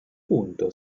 punto